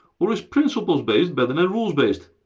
or is principles-based better than rules-based?